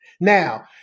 Now